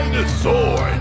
Dinosaur